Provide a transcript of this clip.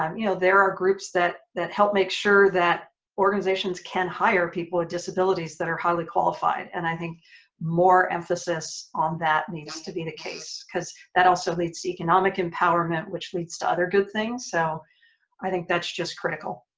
um you know there are groups that that help make sure that organizations can hire people with disabilities that are highly qualified. and i think more emphasis on that needs to be the case because that also leads economic empowerment which leads to other good things so i think that's just critica.